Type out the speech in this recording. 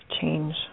change